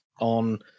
on